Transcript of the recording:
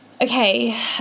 okay